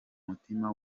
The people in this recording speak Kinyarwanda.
mutima